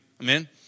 Amen